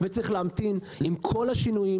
צריך להמתין עם כל השינויים,